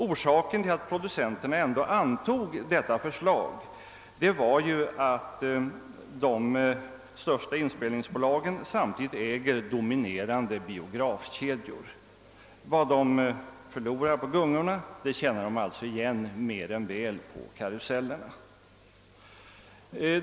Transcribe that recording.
Orsaken till att producenterna ändå antog detta förslag var att de största inspelningsbolagen samtidigt äger dominerande biografkedjor. Vad de förlorar på gungorna tjänar de alltså igen mer än väl på karusellen.